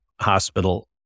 hospital